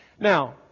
Now